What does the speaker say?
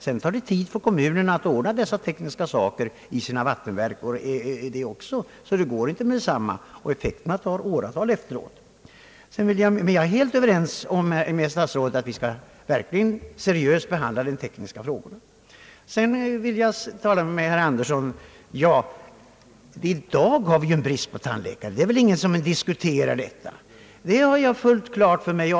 Det tar också tid för kommunerna att genomföra de tekniska arrangemangen i sina vattenverk, när tillstånd erhållits. Det går alltså inte att genomföra fluorideringen med detsamma. Och effekten av densamma märks först åratal efteråt. Sedan vill jag vända mig till herr Birger Andersson. Att vi i dag har brist på tandläkare är det väl ingen som ifrågasätter. Det har jag fullt klart för mig.